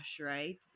right